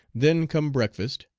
then come breakfast,